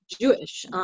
Jewish